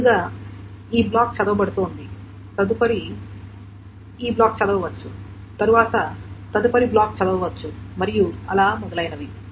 ముందుగా ఈ బ్లాక్ చదవబడుతోంది తరువాత తదుపరి బ్లాక్ చదవవచ్చు తరువాత తదుపరి బ్లాక్ చదవవచ్చు మరియు అలా మొదలైనవి